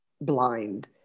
blind